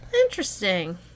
Interesting